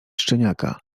szczeniaka